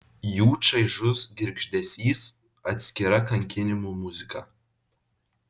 jų čaižus girgždesys atskira kankinimų muzika